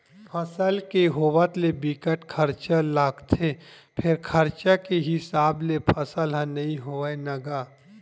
फसल के होवत ले बिकट खरचा लागथे फेर खरचा के हिसाब ले फसल ह नइ होवय न गा